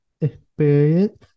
experience